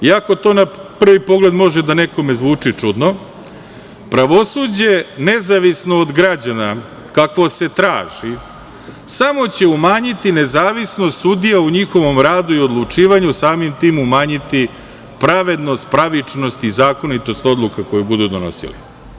Iako to na prvi pogled može da nekome zvuči čudno pravosuđe nezavisno od građana, kakvo se traži, samo će umanjiti nezavisnost sudija u njihovom radu i odlučivanju, a samim tim umanjiti pravednost, pravičnost i zakonitost odluka koju budu donosili.